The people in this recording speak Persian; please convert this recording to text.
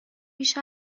بیش